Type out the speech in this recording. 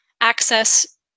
access